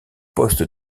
poste